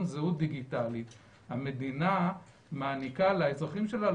זהות דיגיטלי המדינה מעניקה לאזרחים שלה,